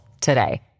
today